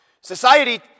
Society